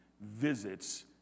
visits